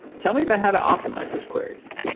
tell me about how to optimize those queries.